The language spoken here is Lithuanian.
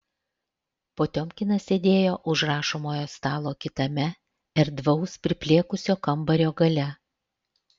potiomkinas sėdėjo už rašomojo stalo kitame erdvaus priplėkusio kambario gale